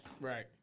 right